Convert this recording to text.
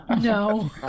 No